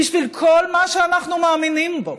בשביל כל מה שאנחנו מאמינים בו.